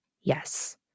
yes